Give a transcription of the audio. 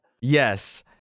Yes